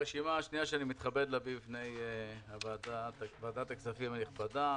הרשימה השנייה שאני מתכבד להביא בפני ועדת הכספים הנכבדה